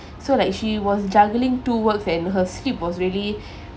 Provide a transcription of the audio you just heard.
so like she was juggling two work and her shift was really